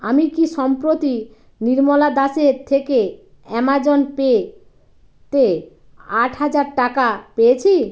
আমি কি সম্প্রতি নির্মলা দাসের থেকে অ্যামাজন পে তে আট হাজার টাকা পেয়েছি